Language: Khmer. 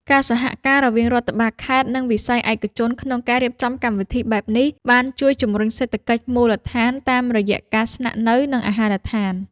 ការសហការរវាងរដ្ឋបាលខេត្ត និងវិស័យឯកជនក្នុងការរៀបចំកម្មវិធីបែបនេះ បានជួយជំរុញសេដ្ឋកិច្ចមូលដ្ឋានតាមរយៈការស្នាក់នៅ និងអាហារដ្ឋាន។